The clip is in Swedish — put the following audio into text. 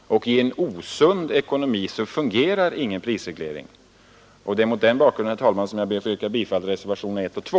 Och i en osund ekonomi fungerar ingen prisreglering. Det är mot den bakgrunden, herr talman, som jag ber att få yrka bifall till reservationerna 1 och 2.